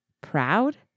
proud